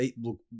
look